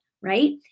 right